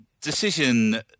decision